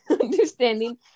Understanding